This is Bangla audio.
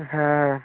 হ্যাঁ